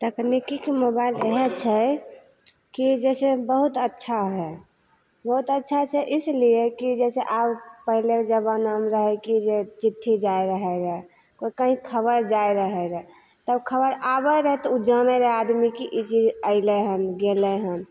तकनिकीके mobile इएहे छै कि जैसे बहुत अच्छा हइ बहुत अच्छा छै इसलिए कि जैसे आब पहिलेकेु जमानामे रहय की जे चिट्ठी जाय रहय रऽ ओ कहीं खबर जाइ रहय रऽ तऽ खबरि आबय रहय तऽ उ जानय रहय आदमी कि ई चीज अयलि हन गेलय हन